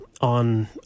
on